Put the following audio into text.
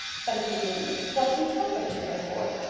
but if he didn't what did he tell them to her for?